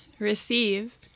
receive